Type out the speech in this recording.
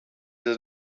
does